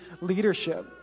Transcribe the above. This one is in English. leadership